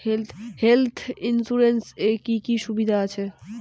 Health insurance এ কি কি সুবিধা আছে?